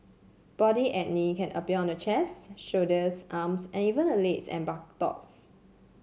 body acne can appear on the chest shoulders arms and even the legs and buttocks